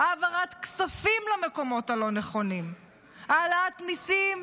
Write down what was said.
העברת כספים למקומות הלא-נכונים, העלאת מיסים